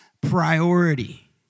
priority